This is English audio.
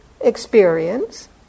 experience